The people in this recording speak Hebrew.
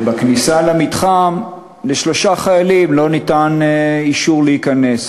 ובכניסה למתחם לשלושה חיילים לא ניתן אישור להיכנס,